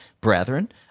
Brethren